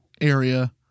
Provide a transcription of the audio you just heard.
area